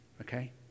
okay